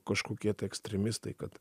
kažkokie tai ekstremistai kad